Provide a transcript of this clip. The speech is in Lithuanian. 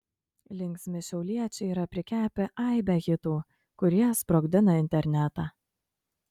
linksmi šiauliečiai yra prikepę aibę hitų kurie sprogdina internetą